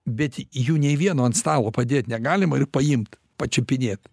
bet jų nei vieno ant stalo padėt negalima ir paimt pačiupinėt